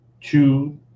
two